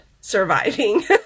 surviving